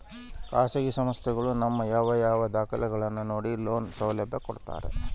ಖಾಸಗಿ ಸಂಸ್ಥೆಗಳು ನಮ್ಮ ಯಾವ ಯಾವ ದಾಖಲೆಗಳನ್ನು ನೋಡಿ ಲೋನ್ ಸೌಲಭ್ಯ ಕೊಡ್ತಾರೆ?